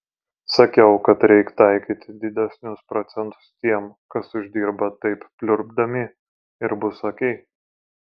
sakiau kad reik taikyti didesnius procentus tiem kas uždirba taip pliurpdami ir bus okei